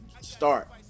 start